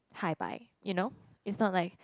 hi bye you know it's not like